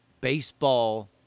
baseball